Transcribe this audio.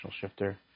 shifter